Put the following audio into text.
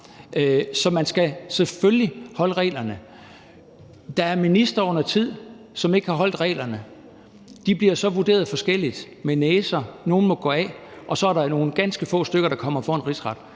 Man skal selvfølgelig overholde reglerne. Der er undertiden ministre, som ikke har holdt reglerne. De bliver så vurderet forskelligt, nogle med næser, nogle må gå af, og så er der nogle ganske få stykker, der kommer for en rigsret.